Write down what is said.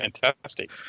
Fantastic